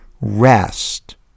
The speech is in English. rest